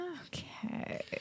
Okay